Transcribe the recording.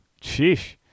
Sheesh